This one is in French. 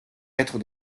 être